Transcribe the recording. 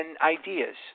ideas